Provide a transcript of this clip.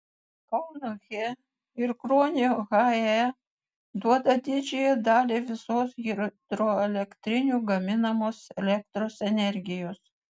kauno he ir kruonio hae duoda didžiąją dalį visos hidroelektrinių gaminamos elektros energijos